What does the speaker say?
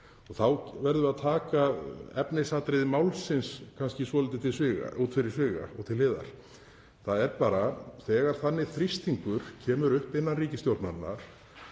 sig. Þá verðum við að taka efnisatriði málsins kannski svolítið út fyrir sviga og til hliðar því þegar þannig þrýstingur kemur upp innan ríkisstjórnarinnar